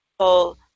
people